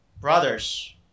Brothers